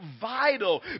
vital